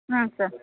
ಹ್ಞೂ ಸರ್